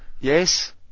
Yes